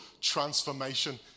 transformation